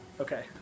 Okay